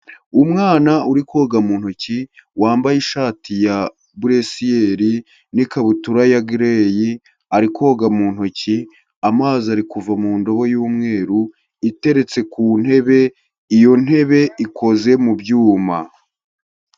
Umwana uri koga mu ntoki wambaye ishati ya buresiyeri n'ikabutura ya gireyi ari koga mu ntoki, amazi ari kuva mu ndobo y'umweru iteretse ku ntebe. Iyo ntebe ikoze mu byuma.